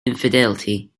infidelity